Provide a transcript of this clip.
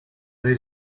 they